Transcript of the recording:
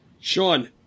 sean